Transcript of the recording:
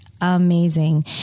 amazing